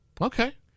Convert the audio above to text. Okay